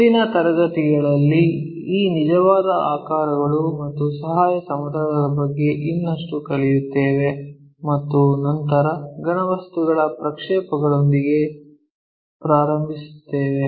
ಮುಂದಿನ ತರಗತಿಯಲ್ಲಿ ಈ ನಿಜವಾದ ಆಕಾರಗಳು ಮತ್ತು ಸಹಾಯಕ ಸಮತಲಗಳ ಬಗ್ಗೆ ಇನ್ನಷ್ಟು ಕಲಿಯುತ್ತೇವೆ ಮತ್ತು ನಂತರ ಘನವಸ್ತುಗಳ ಪ್ರಕ್ಷೇಪಣದೊಂದಿಗೆ ಪ್ರಾರಂಭಿಸುತ್ತೇವೆ